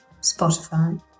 spotify